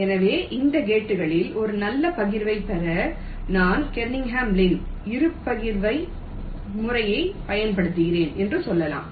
எனவே இந்த கேட்களில் ஒரு நல்ல பகிர்வைப் பெற நான் கெர்னிகன் லின் இரு பகிர்வு வழிமுறையைப் பயன்படுத்துகிறேன் என்று சொல்லலாம்